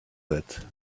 that